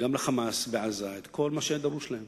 גם ל"חמאס" בעזה, את כל מה שהיה דרוש להם